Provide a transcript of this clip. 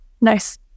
Nice